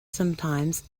sometimes